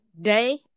day